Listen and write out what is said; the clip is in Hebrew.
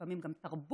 לפעמים גם תרבות,